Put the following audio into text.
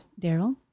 Daryl